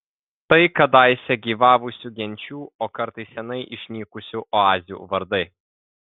tai kadaise gyvavusių genčių o kartais seniai išnykusių oazių vardai